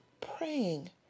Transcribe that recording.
praying